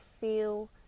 feel